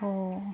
हो